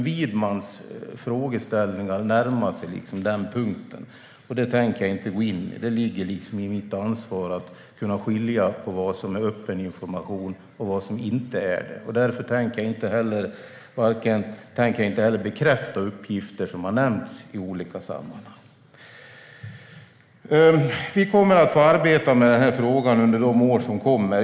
Widmans frågeställningar närmar sig dock den punkten. Det ligger i mitt ansvar att kunna skilja på vad som är öppen information och vad som inte är det. Därför tänker jag inte heller bekräfta uppgifter som har nämnts i olika sammanhang. Vi kommer att få arbeta med den här frågan under de år som kommer.